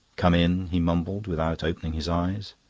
come in, he mumbled, without opening his eyes.